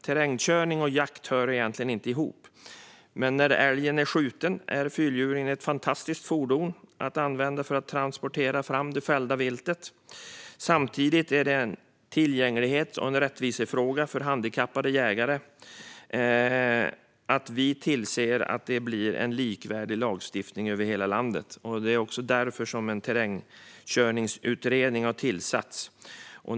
Terrängkörning och jakt hör egentligen inte ihop, men när älgen är skjuten är fyrhjulingen ett fantastiskt fordon att använda för att transportera det fällda viltet. Samtidigt är det en tillgänglighets och rättvisefråga för handikappade jägare att vi ser till att det blir en likvärdig lagstiftning över hela landet. Det är också därför som en terrängkörningsutredning har tillsatts.